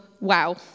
wow